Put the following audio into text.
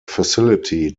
facility